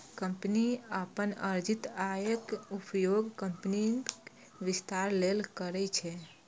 company अपन अर्जित आयक उपयोग कंपनीक विस्तार लेल करै छै